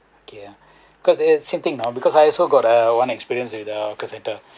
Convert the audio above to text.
okay ah because there same thing now because I also got uh one experience with the hawker centre